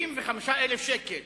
35,000 שקל.